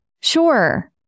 sure